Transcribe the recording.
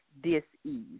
dis-ease